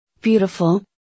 beautiful